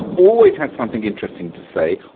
always has something interesting to say,